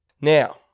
Now